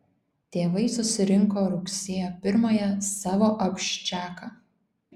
tėvai susirinko rugsėjo pirmąją savo abščiaką